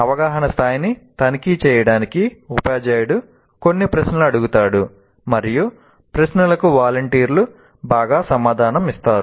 అవగాహన స్థాయిని తనిఖీ చేయడానికి ఉపాధ్యాయుడు కొన్ని ప్రశ్నలు అడుగుతాడు మరియు ప్రశ్నలకు వాలంటీర్లు బాగా సమాధానం ఇస్తారు